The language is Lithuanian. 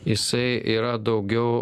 jisai yra daugiau